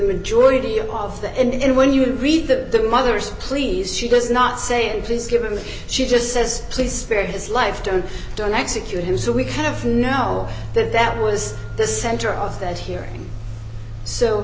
all of the end when you read the mother's pleas she does not say and please give him she just says please spare his life don't don't execute him so we kind of know that that was the center of that hearing so